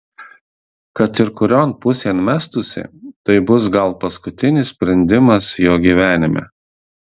kad ir kurion pusėn mestųsi tai bus gal paskutinis sprendimas jo gyvenime